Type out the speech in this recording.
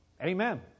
Amen